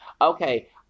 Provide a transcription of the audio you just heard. Okay